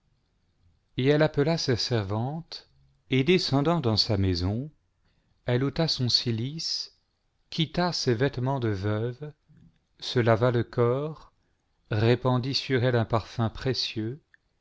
et elle appela sa servante et descendant dans sa maison elle ôta son cilice quitta ses vêtements de veuve se lava le corps répandit sur elle un parfum précieux